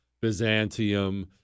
Byzantium